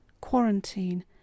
Quarantine